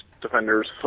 defenders